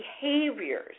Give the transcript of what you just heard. behaviors